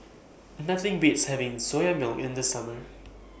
Nothing Beats having Soya Milk in The Summer